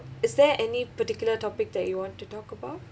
is there any particular topic that you want to talk about